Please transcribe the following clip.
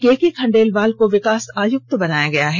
केके खंडेवाल को विकास आयुक्त बनाया गया है